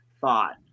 thought